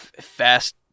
Fast